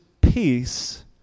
peace